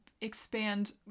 expand